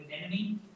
enemy